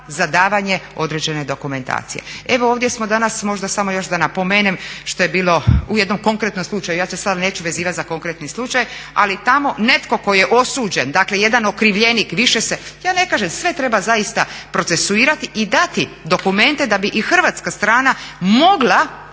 za davanje određene dokumentacije. Evo ovdje smo danas možda samo još da napomenem što je bilo u jednom konkretnom slučaju, ja se sada neću vezivati za konkretni slučaj, ali tamo netko tko je osuđen, dakle jedan okrivljenik, više se, ja ne kažem, sve treba zaista procesuirati i dati dokumente da bi i hrvatska strana mogla,